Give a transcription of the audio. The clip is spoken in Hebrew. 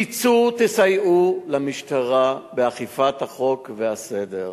תצאו, תסייעו למשטרה באכיפת החוק והסדר.